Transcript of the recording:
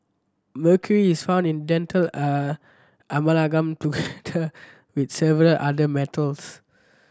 mercury is found in dental with several other metals